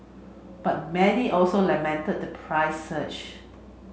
but many also lamented the price surge